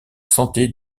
santé